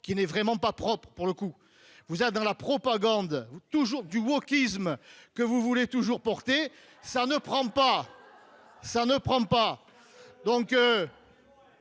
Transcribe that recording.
qui n'est vraiment pas propres, pour le coup, vous êtes dans la propagande toujours du wokisme que vous voulez toujours porté ça ne prend pas ça ne prend pas